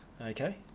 Okay